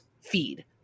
feed